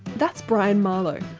that's brian marlow.